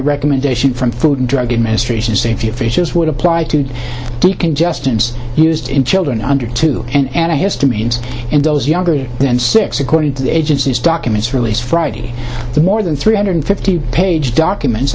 recommendation from food and drug administration safety officials would apply to decongestants used in children under two and a history means in those younger than six according to the agency's documents released friday the more than three hundred fifty page documents